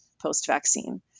post-vaccine